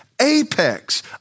apex